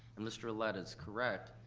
and mr. ouellette is correct,